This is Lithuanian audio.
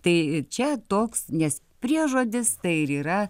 tai čia toks nes priežodis tai ir yra